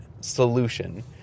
solution